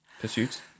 pursuits